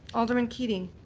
alderman keating?